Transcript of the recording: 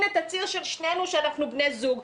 הנה תצהיר של שנינו שאנחנו בני זוג,